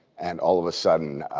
and all of a sudden,